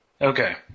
Okay